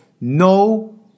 no